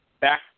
back